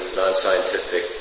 non-scientific